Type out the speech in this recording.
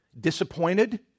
disappointed